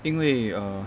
因为 err